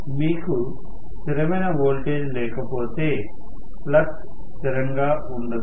మీకు స్థిరమైన వోల్టేజ్ లేకపోతే ఫ్లక్స్ స్థిరంగా ఉండదు